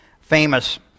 famous